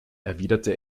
erwiderte